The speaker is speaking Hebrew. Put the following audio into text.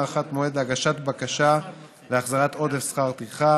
הארכת מועד להגשת בקשה להחזרת עודף שכר טרחה),